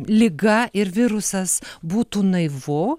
liga ir virusas būtų naivu